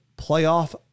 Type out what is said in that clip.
playoff